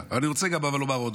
אני רוצה לומר עוד משהו.